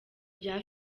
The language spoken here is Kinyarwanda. rya